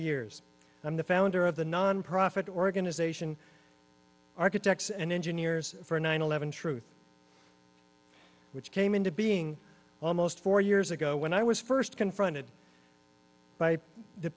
years i'm the founder of the nonprofit organization architects and engineers for nine eleven truth which came into being almost four years ago when i was first confronted by the